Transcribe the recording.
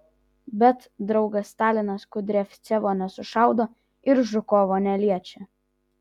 bet draugas stalinas kudriavcevo nesušaudo ir žukovo neliečia